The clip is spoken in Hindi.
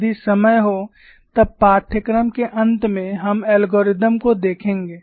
यदि समय हो तब पाठ्यक्रम के अंत में हम एल्गोरिथ्म को देखेंगे